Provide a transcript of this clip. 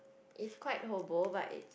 it's quite hobo but it's